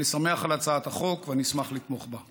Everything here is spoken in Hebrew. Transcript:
אני שמח על הצעת החוק ואני אשמח לתמוך בה.